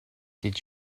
did